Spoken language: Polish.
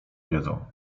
wiedzą